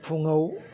फुङाव